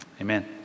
Amen